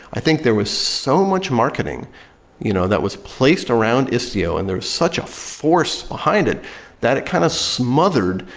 i think there was so much marketing you know that was placed around istio and there was such a force behind it that it kind of smothered.